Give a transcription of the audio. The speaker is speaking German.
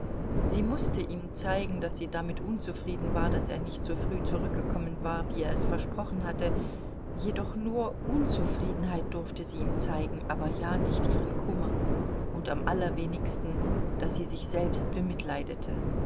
sie mußte ihm zeigen daß sie damit unzufrieden war daß er nicht so früh zurückgekommen war wie er es versprochen hatte jedoch nur unzufriedenheit durfte sie ihm zeigen aber ja nicht ihren kummer und am allerwenigsten daß sie sich selbst bemitleidete